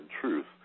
truth